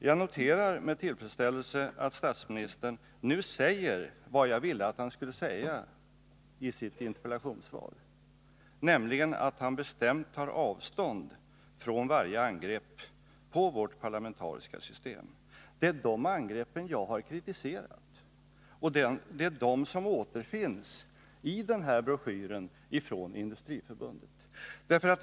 Jag noterar med tillfredsställelse att statsministern nu säger vad jag ville att han skulle säga i sitt interpellationssvar, nämligen att han bestämt tar avstånd från varje angrepp på vårt parlamentariska system. Det är de angreppen jag har kritiserat. Det är de som återfinns i den här broschyren från Industriförbundet.